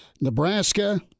Nebraska